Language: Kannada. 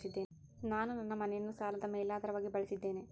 ನಾನು ನನ್ನ ಮನೆಯನ್ನು ಸಾಲದ ಮೇಲಾಧಾರವಾಗಿ ಬಳಸಿದ್ದೇನೆ